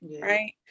Right